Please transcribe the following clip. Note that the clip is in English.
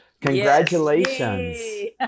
Congratulations